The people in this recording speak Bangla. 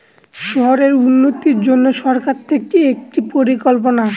শহরের উন্নতির জন্য সরকার থেকে একটি পরিকল্পনা